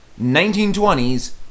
1920s